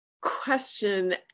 question